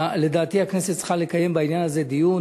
לדעתי הכנסת צריכה לקיים בעניין הזה דיון,